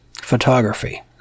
Photography